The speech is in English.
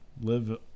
live